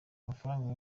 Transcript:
amafaranga